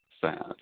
sad